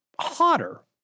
hotter